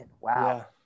wow